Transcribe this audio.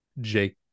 Jake